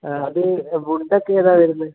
അത് വുഡൊക്കെ ഏതാണ് വരുന്നത്